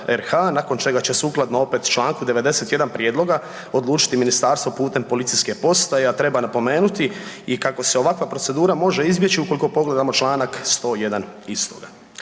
nakon čega će sukladno opet čl. 91. prijedloga odlučiti ministarstvo putem policijske postaje, a treba napomenuti i kako se ovakva procedura može izbjeći ukoliko pogledamo čl. 101. istoga.